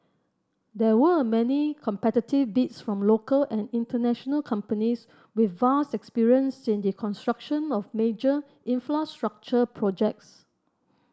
there were many competitive bids from local and international companies with vast experience in the construction of major infrastructure projects